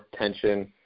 tension